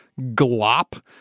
glop